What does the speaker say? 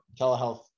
telehealth